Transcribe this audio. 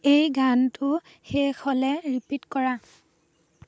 এই গানটো শেষ হ'লে ৰিপিট কৰা